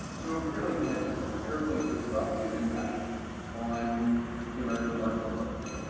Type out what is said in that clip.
so it really had just a terribly disruptive impact on the american marketplace,